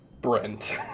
Brent